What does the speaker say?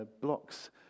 blocks